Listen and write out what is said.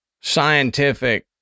scientific